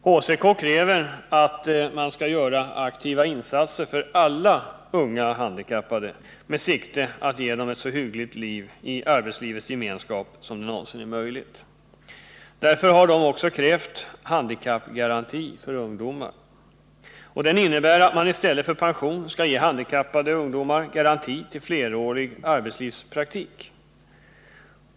HCK kräver att man skall göra aktiva insatser för alla unga handikappade med sikte att ge dem ett så hyggligt liv i arbetslivets gemenskap som det någonsin är möjligt. Därför har HCK också krävt handikappgaranti för ungdomar. Det innebär att man i stället för pension skall ge handikappade ungdomar garanti till flerårig arbetslivspraktik.